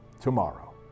tomorrow